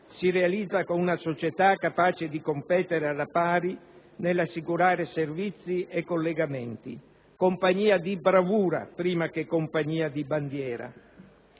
si realizza con una società capace di competere alla pari nell'assicurare servizio e collegamenti. Compagnia di bravura, prima che compagnia di bandiera.